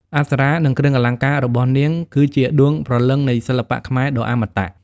អប្សរា និងគ្រឿងអលង្ការរបស់នាង គឺជាដួងព្រលឹងនៃសិល្បៈខ្មែរដ៏អមតៈ។